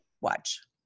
Watch